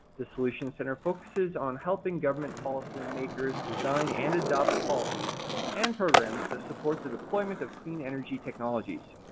the solution centers focuses on helping government policy makers design and adopt policies and programs that support the deployment of clean energy technologies.